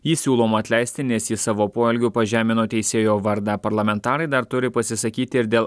jį siūloma atleisti nes jis savo poelgiu pažemino teisėjo vardą parlamentarai dar turi pasisakyti ir dėl